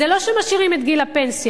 זה לא שמשאירים את גיל הפנסיה.